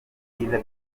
ibyiza